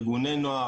ארגוני נוער,